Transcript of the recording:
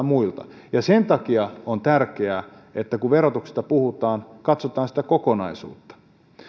muilta sen takia on tärkeää että kun verotuksesta puhutaan katsotaan sitä kokonaisuutta